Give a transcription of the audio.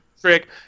trick